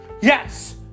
Yes